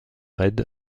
raid